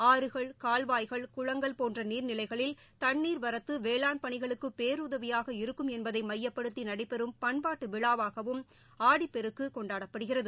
ஆறுகள்கால்வாய்கள் குளங்கள் போன்றநீர்நிலைகளில் தண்ணீர் வரத்துவேளாண் பணிகளுக்குபேருதவியாக இருக்கும் என்பதைமையப்படுத்திநடைபெறும் பண்பாட்டுவிழாவாகவும் ஆடிப்பெருக்குகொண்டாடப்படுகிறது